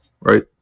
right